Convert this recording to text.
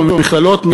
ובמכללות,